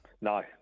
No